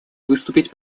выступит